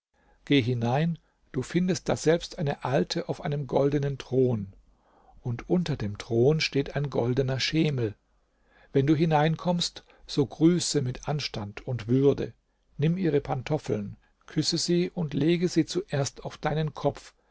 geh hinein du findest daselbst eine alte auf einem goldenen thron und unter dem thron steht ein goldener schemel wenn du hineinkommst so grüße mit anstand und würde nimm ihre pantoffeln küsse sie und lege sie zuerst auf deinen kopf